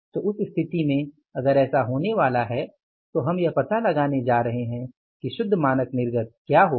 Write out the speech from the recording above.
तो उस स्थिति में अगर ऐसा होनेवाला है तो हम यह पता लगाने जा रहे हैं कि शुद्ध मानक निर्गत क्या होगा